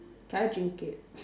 can I drink it